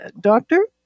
doctor